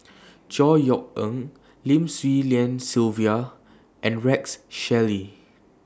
Chor Yeok Eng Lim Swee Lian Sylvia and Rex Shelley